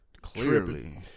Clearly